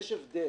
יש הבדל